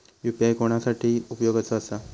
UPI कोणा कोणा साठी उपयोगाचा आसा?